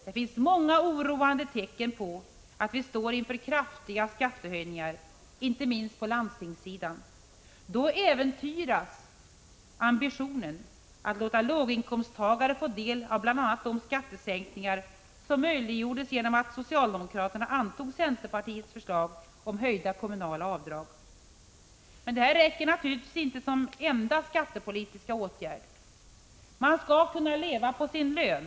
Det finns många oroande tecken på att vi står inför kraftiga skattehöjningar — inte minst på landstingssidan. Då äventyras ambitionen att låta låginkomsttagare få del av bl.a. de skattesänkningar som möjliggjordes genom att socialdemokraterna antog centerpartiets förslag om höjda kommunala grundavdrag. Men det räcker naturligtvis inte som enda skattepolitiska åtgärd. Man skall kunna leva på sin lön.